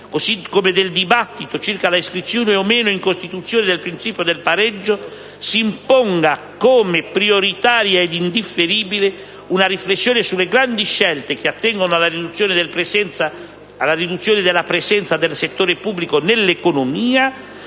come nel dibattito circa la iscrizione o meno in Costituzione del principio del pareggio, si imponga come prioritaria e indifferibile una riflessione sulle grandi scelte che attengono alla riduzione della presenza del settore pubblico nell'economia